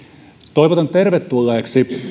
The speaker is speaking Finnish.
toivotan tervetulleiksi